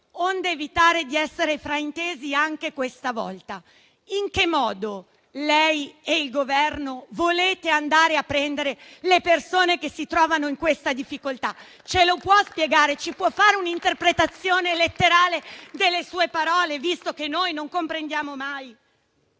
onde evitare di essere fraintesi anche questa volta: in che modo lei e il Governo volete andare a prendere le persone che si trovano in questa difficoltà? Ce lo può spiegare? Ci può dare un'interpretazione letterale delle sue parole, visto che noi non comprendiamo mai?